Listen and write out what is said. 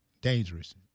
dangerous